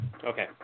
Okay